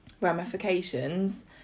ramifications